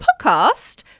podcast